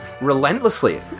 relentlessly